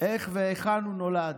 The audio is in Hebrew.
איך והיכן הוא נולד,